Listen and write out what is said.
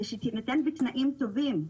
ושתינתן בתנאים טובים,